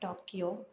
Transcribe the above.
Tokyo